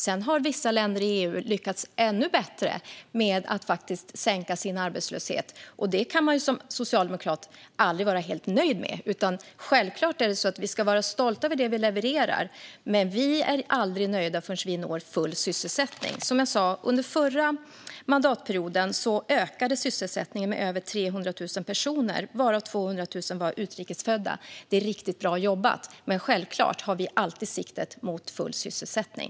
Sedan har vissa länder i EU lyckats ännu bättre med att sänka sin arbetslöshet. Det kan man som socialdemokrat aldrig vara helt nöjd med. Självklart ska vi vara stolta över det vi levererar, men vi är aldrig nöjda förrän vi når full sysselsättning. Som jag sa ökade under förra mandatperioden sysselsättningen med över 300 000 personer, varav 200 000 var utrikesfödda. Det är riktigt bra jobbat. Men självklart har vi alltid siktet mot full sysselsättning.